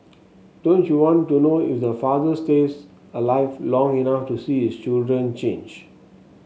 don't you want to know if the father stays alive long enough to see his children change